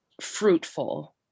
fruitful